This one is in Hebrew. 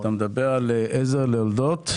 אתה מדבר על עזר ליולדות?